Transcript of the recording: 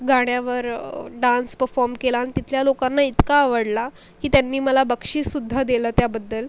गाण्यावर डान्स पफॉम केलान् तिथल्या लोकांना इतका आवडला की त्यांनी मला बक्षीससुद्धा देलं त्याबद्दल